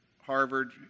Harvard